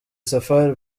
safari